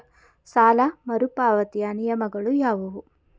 ಸಾಲ ಮರುಪಾವತಿಯ ನಿಯಮಗಳು ಯಾವುವು?